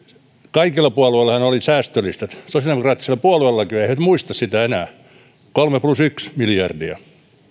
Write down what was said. kaikilla puolueillahan oli säästölistat sosiaalidemokraattisella puolueellakin oli he eivät muista sitä enää kolme plus yksi miljardia